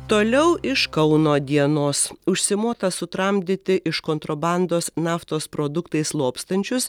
toliau iš kauno dienos užsimota sutramdyti iš kontrabandos naftos produktais lobstančius